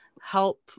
help